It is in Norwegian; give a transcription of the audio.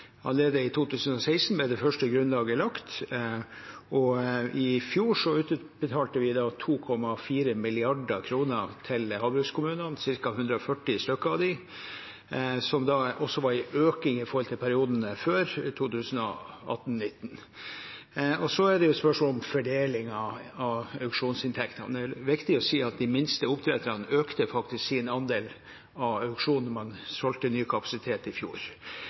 Allerede i 2016 ble det første grunnlaget lagt, og i fjor utbetalte vi 2,4 mrd. kr til havbrukskommunene – ca. 140 av dem – som da var en økning i forhold til perioden før, 2018–2019. Så er det et spørsmål om fordeling av auksjonsinntektene. Det er viktig å si at de minste oppdretterne faktisk økte sin andel av auksjonen, man solgte ny kapasitet i fjor.